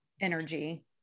energy